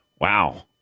Wow